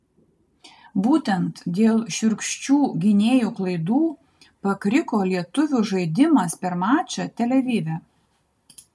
būtent dėl šiurkščių gynėjų klaidų pakriko lietuvių žaidimas per mačą tel avive